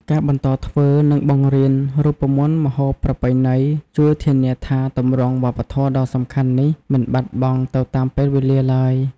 ការបន្តធ្វើ និងបង្រៀនរូបមន្តម្ហូបប្រពៃណី ជួយធានាថាទម្រង់វប្បធម៌ដ៏សំខាន់នេះមិនបាត់បង់ទៅតាមពេលវេលាឡើយ។